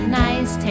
nice